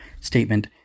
statement